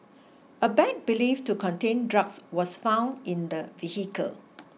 a bag believed to contain drugs was found in the vehicle